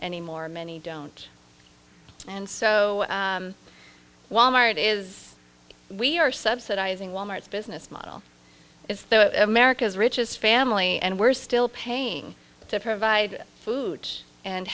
anymore many don't and so wal mart is we are subsidizing wal mart's business model is america's richest family and we're still paying to provide food and